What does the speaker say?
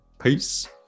Peace